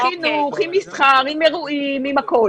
חינוך עם מסחר, עם אירועים ועם הכול